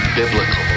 biblical